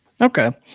Okay